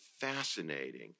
fascinating